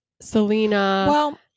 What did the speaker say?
Selena